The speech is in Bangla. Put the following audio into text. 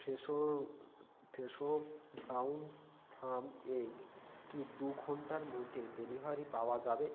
Fresho Fresho brown farm egg কি দুঘন্টার মধ্যে ডেলিভারি পাওয়া যাবে